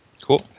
cool